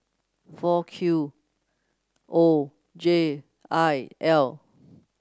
four Q O J I L